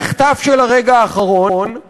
במחטף של הרגע האחרון.